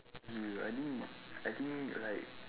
I think I think like